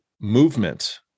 movement